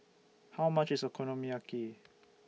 How much IS Okonomiyaki